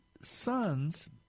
sons